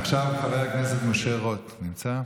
עכשיו חבר הכנסת משה רוט, נמצא?